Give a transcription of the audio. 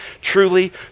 truly